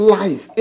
life